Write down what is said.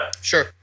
Sure